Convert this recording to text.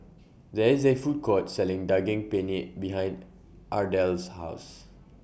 There IS A Food Court Selling Daging Penyet behind Ardelle's House